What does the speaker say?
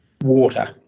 Water